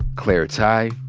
claire tighe,